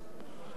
זה כבר היה,